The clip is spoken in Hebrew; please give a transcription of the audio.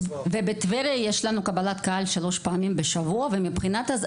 ובטבריה יש לנו קבלת קהל 3 פעמים בשבוע ומבחינת,